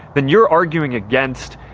then you are arguing against